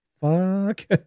fuck